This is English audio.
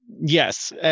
Yes